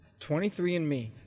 23andMe